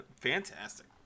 fantastic